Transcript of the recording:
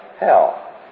hell